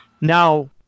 Now